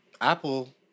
apple